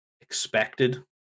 expected